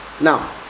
now